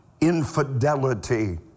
Infidelity